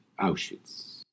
Auschwitz